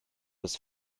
was